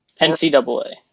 NCAA